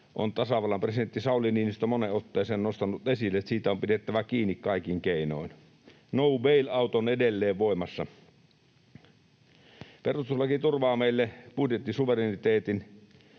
on tasavallan presidentti Sauli Niinistö moneen otteeseen nostanut esille, että siitä on pidettävä kiinni kaikin keinoin. No bail-out on edelleen voimassa. Perustuslaki turvaa meille budjettisuvereniteetin.